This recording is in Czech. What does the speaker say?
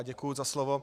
Děkuji za slovo.